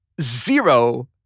zero